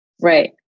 Right